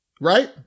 right